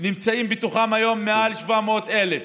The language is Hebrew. נמצאים בתוכם היום מעל 700,000,